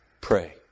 pray